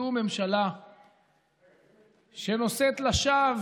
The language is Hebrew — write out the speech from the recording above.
זו ממשלה שנושאת לשווא